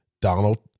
Donald